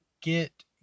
get